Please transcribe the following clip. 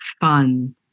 fun